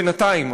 בינתיים,